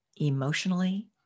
emotionally